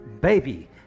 Baby